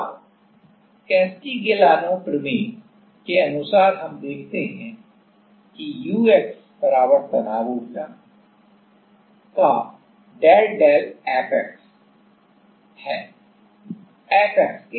अब कास्टिग्लिआनो प्रमेय के अनुसार हम देखते हैं कि ux तनाव ऊर्जा का डेल डेल Fx है Fx के पदों में